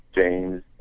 James